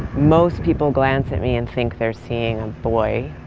most people glance at me and think they're seeing a boy,